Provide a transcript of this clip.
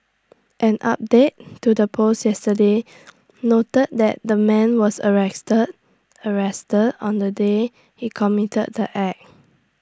an update to the post yesterday noted that the man was arrested arrested on the day he committed the act